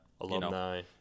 Alumni